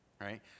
right